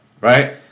right